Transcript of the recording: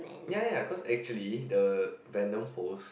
ya ya ya cause actually the venom host